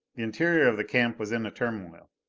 the interior of the camp was in a turmoil.